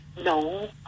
no